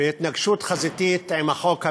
בהתנגשות חזיתית עם החוק הבין-לאומי.